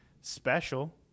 special